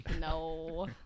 No